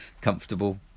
comfortable